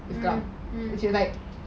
she's like